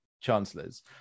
chancellors